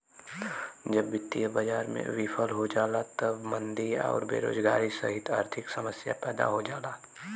जब वित्तीय बाजार विफल हो जाला तब मंदी आउर बेरोजगारी सहित आर्थिक समस्या पैदा हो जाला